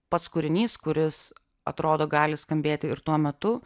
pats kūrinys kuris atrodo gali skambėti ir tuo metu